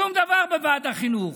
שום דבר בוועד החינוך.